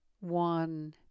one